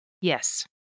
Yes